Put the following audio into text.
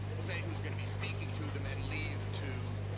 say who's going to be speaking to them, and leave to